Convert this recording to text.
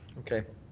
okay.